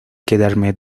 quedarme